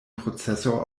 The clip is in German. prozessor